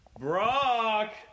Brock